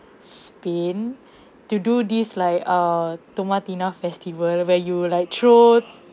spain to do this like err tomatina festival where you like throw